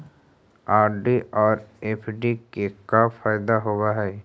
RD और FD के का फायदा होव हई?